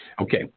Okay